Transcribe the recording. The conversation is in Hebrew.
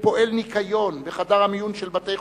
כפועל ניקיון בחדר המיון של בתי-חולים,